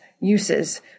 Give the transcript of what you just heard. uses